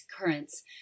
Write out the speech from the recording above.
Currents